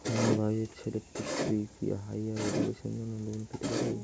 আমার ভাইয়ের ছেলে পৃথ্বী, কি হাইয়ার এডুকেশনের জন্য লোন পেতে পারে?